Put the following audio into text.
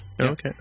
Okay